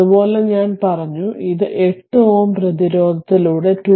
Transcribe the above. അതുപോലെ ഞാൻ പറഞ്ഞു ഇത് 8 Ω പ്രതിരോധത്തിലൂടെ 2